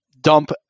dump